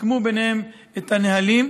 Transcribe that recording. סיכמו ביניהם את הנהלים.